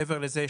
מעבר לזה,